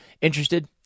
interested